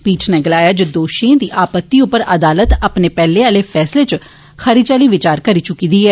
पीठ नै गलाया जे दोषी दी आपत्तिएं उप्पर अदालत अपने पेहले आले फैसले च खरी चाल्ली विचार करी चुके दा ऐ